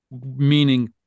meaning